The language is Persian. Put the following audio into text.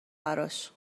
براش